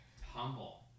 Humble